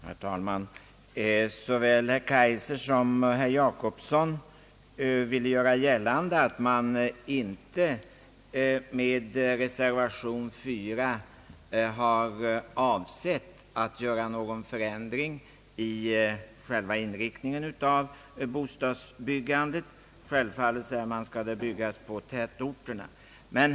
Herr talman! Såväl herr Kaijser som herr Per Jacobsson ville göra gällande att man med reservation 4 inte har avsett någon förändring i själva inriktningen av bostadsbyggandet. Självfallet, säger man, skall det byggas i tätorterna.